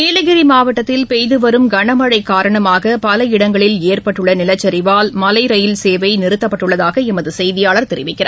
நீலகிரி மாவட்டத்தில் பெய்து வரும் கனமழை காரணமாக பல இடங்களில் ஏற்பட்டுள்ள நிலச்சரிவால் மலை ரயில் சேவை நிறுத்தப்பட்டுள்ளதாக எமது செய்தியாளர் தெரிவிக்கிறார்